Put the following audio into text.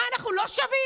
מה, אנחנו לא שווים?